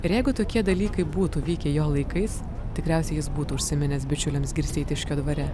ir jeigu tokie dalykai būtų vykę jo laikais tikriausiai jis būtų užsiminęs bičiuliams girsteitiškio dvare